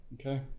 Okay